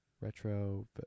retro